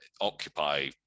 occupy